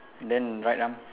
then right arm